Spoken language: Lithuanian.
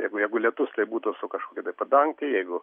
jeigu jeigu lietus tai būtų su kažkokiu tai padangtė jeigu